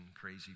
crazy